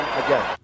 again